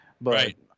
Right